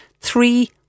three